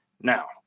Now